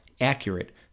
accurate